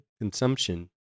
consumption